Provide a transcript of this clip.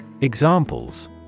Examples